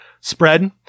spread